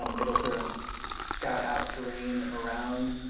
um it'll sort of scout out terrain around